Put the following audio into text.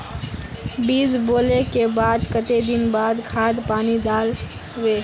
बीज बोले के बाद केते दिन बाद खाद पानी दाल वे?